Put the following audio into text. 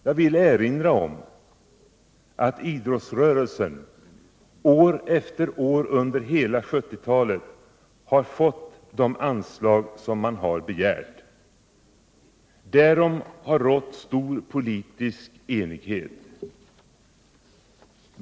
Jag vill erinra om att idrottsrörelsen år efter år under hela 1970-talet har fått de anslag som begärts. Därom har rått stor politisk enighet.